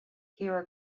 here